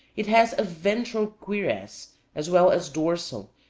it has a ventral cuirass as well as dorsal,